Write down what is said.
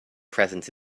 presence